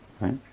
right